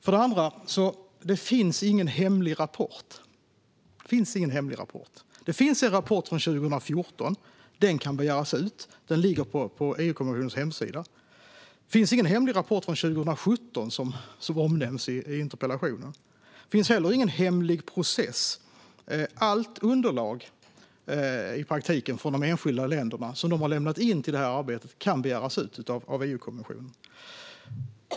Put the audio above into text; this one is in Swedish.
För det andra finns det ingen hemlig rapport. Det finns en rapport från 2014 som kan begäras ut, och den ligger på EU-kommissionens hemsida. Det finns ingen hemlig rapport från 2017, som nämns i interpellationen. Det finns heller ingen hemlig process - i praktiken kan allt underlag som de enskilda länderna har lämnat in till detta arbete begäras ut av EU-kommissionen.